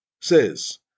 says